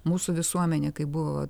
mūsų visuomenė kaip buvo